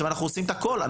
אנחנו עושים את הכול.